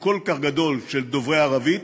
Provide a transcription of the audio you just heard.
כל כך גדול של דוברי ערבית,